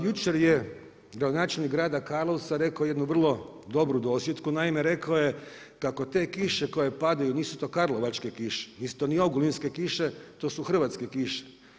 Jučer je gradonačelnik grada Karlovca rekao jednu vrlo dobru dosjetku, naime rekao je kako te kiše koje padaju nisu to karlovačke kiše, nisu to ni ogulinske kiše, to su hrvatske kiše.